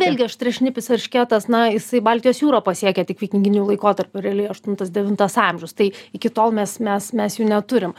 vėlgi aštriašnipis eršketas na jisai baltijos jūrą pasiekia tik vikinginiu laikotarpiu realiai aštuntas devintas amžius tai iki tol mes mes mes jų neturim